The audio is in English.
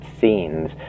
scenes